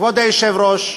כבוד היושב-ראש,